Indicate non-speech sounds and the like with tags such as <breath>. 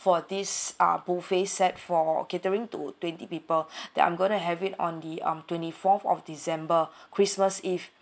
for this uh buffet set for catering to twenty people <breath> that I'm gonna have it on the um twenty-fourth of december <breath> christmas eve